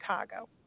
Chicago